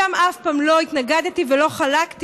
שם אף פעם לא התנגדתי ולא חלקתי,